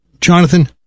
Jonathan